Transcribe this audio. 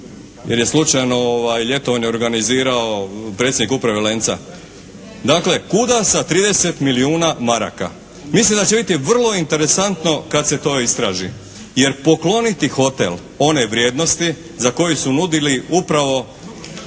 jer je slučajno ljetovanje organizirao predsjednik uprave "Lenca". Dakle, kuda sa 30 milijuna maraka? Mislim da će biti vrlo interesantno kad se to istraži, jer pokloniti hotel one vrijednosti za koju su nudili, upravo